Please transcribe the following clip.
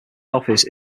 office